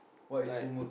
like